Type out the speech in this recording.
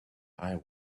eye